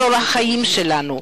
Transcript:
אזור החיים שלנו.